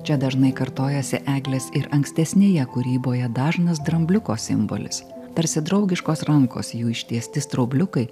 čia dažnai kartojasi eglės ir ankstesnėje kūryboje dažnas drambliuko simbolis tarsi draugiškos rankos ištiesti straubliukai